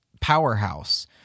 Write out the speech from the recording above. powerhouse